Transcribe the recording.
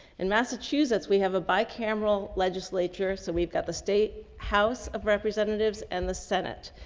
in massachusetts, we have a bike cameral legislature. so we've got the state house of representatives and the senate.